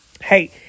hey